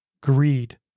greed